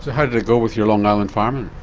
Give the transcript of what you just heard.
how did it go with your long island fireman?